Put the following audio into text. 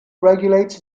regulates